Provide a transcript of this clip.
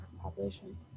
population